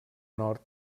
nord